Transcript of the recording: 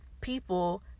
people